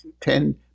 ten